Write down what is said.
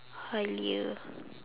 Halia